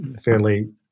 fairly